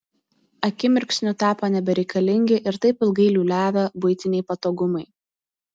akimirksniu tapo nebereikalingi ir taip ilgai liūliavę buitiniai patogumai